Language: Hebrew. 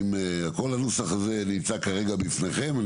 כל הנוסח נמצא כרגע בפניכם.